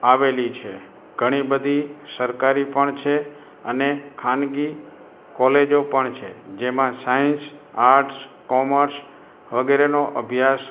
આવેલી છે ઘણી બધી સરકારી પણ છે અને ખાનગી કૉલેજો પણ છે જેમાં સાયન્સ આટ્સ કોમર્સ વગેરેનો અભ્યાસ